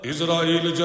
Israel